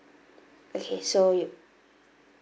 okay so you